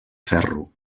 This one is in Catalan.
ferro